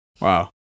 Wow